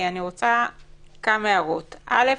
אני רוצה להעיר כמה הערות: ראשית,